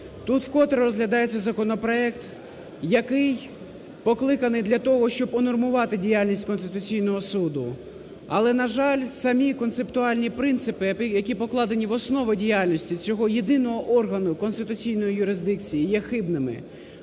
Тут вкотре розглядається законопроект, який покликаний для того, щоб унормувати діяльність Конституційного Суду. Але, на жаль, самі концептуальні принципи, які покладені в основу діяльності цього єдиного органу конституційної юрисдикції, є хибними.